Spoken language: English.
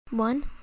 One